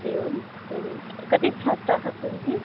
एवं वदन्तु कति छात्राः सन्ति